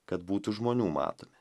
kad būtų žmonių matomi